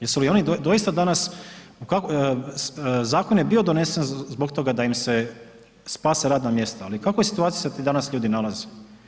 Jesu li oni doista danas, zakon je bio donesen zbog toga da im se spase radna mjesta, ali u kakvoj situaciji se ti danas ljudi nalaze?